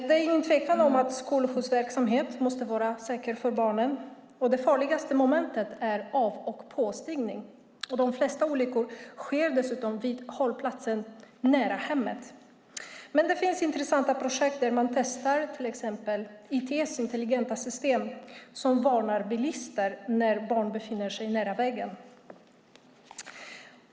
Det är ingen tvekan om att skolskjutsverksamheten måste vara säker för barnen. Det farligaste momentet är av och påstigning. De flesta olyckor sker dessutom vid hållplatsen nära hemmet. Det finns intressanta projekt där man till exempel testar intelligenta system som varnar bilister när barn befinner sig nära vägen.